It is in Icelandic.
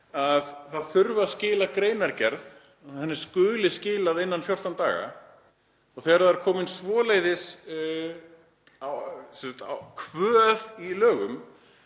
að það þurfi að skila greinargerð og henni skuli skilað innan 14 daga. Þegar það er komin svoleiðis kvöð í lög